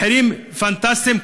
מחירים פנטסטיים,